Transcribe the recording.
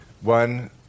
One